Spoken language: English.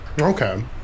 Okay